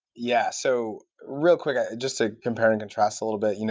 yeah. so real quick, just to compare and contrast a little bit. you know